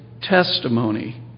testimony